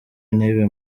intebe